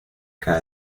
cada